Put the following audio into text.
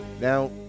Now